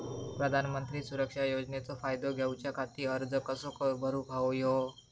प्रधानमंत्री सुरक्षा योजनेचो फायदो घेऊच्या खाती अर्ज कसो भरुक होयो?